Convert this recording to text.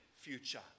future